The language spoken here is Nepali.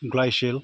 ग्लाइसेल